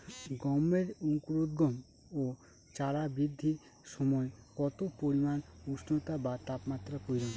গমের অঙ্কুরোদগম ও চারা বৃদ্ধির সময় কত পরিমান উষ্ণতা বা তাপমাত্রা প্রয়োজন?